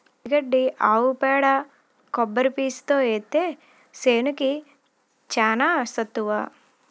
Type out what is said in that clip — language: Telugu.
వరి గడ్డి ఆవు పేడ కొబ్బరి పీసుతో ఏత్తే సేనుకి చానా సత్తువ